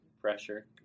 Pressure